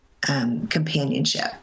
companionship